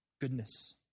goodness